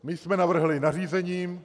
My jsme navrhli nařízením.